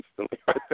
instantly